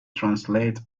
translate